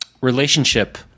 relationship